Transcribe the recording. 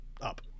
up